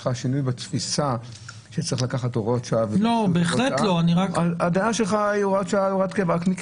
יש שינוי בתפיסתך שיש לקחת הוראות שעה ולהפוך אותן להוראות קבע?